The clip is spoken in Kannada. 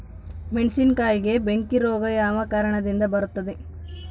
ಮೆಣಸಿನಕಾಯಿಗೆ ಬೆಂಕಿ ರೋಗ ಯಾವ ಕಾರಣದಿಂದ ಬರುತ್ತದೆ?